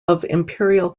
imperial